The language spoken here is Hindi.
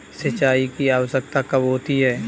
सिंचाई की आवश्यकता कब होती है?